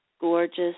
gorgeous